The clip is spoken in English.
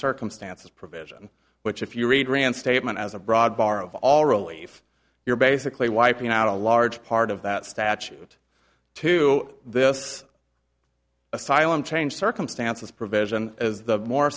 circumstances provision which if you read ran statement as a broad bar of all relief you're basically wiping out a large part of that statute to this asylum change circumstances provision as the more